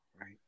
Right